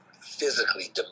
physically